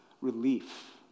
Relief